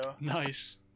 Nice